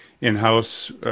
in-house